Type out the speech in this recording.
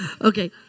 Okay